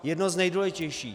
Jedno z nejdůležitějších.